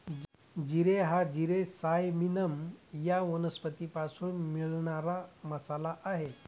जिरे हा जिरे सायमिनम या वनस्पतीपासून मिळणारा मसाला आहे